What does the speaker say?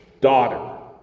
Daughter